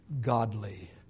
Godly